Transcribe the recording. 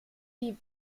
die